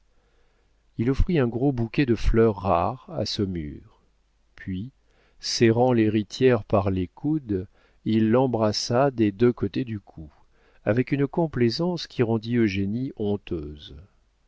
il offrit un gros bouquet de fleurs rares à saumur puis serrant l'héritière par les coudes il l'embrassa des deux côtés du cou avec une complaisance qui rendit eugénie honteuse